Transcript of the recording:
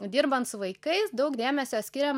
dirbant su vaikais daug dėmesio skiriam